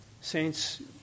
saints